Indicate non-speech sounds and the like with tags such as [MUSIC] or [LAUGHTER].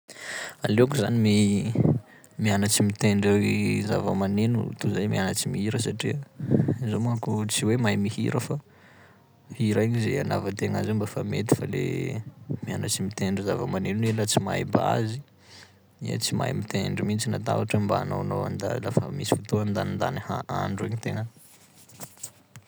Aleoko zany mi- mianatsy mitendry [HESITATION] zava-maneno toy zay mianatsy mihira satria zaho manko tsy hoe mahay mihira fa hira igny zay anavan-tegna azy eo mba fa mety, fa le mianatsy mitendry zava-maneno iha laha tsy mahay base, iha tsy mahay mitendry mihitsy nata ohatry hoe mba hanaonao anday lafa misy fotoa andanindany ha- andro igny tena.